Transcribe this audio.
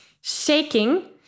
shaking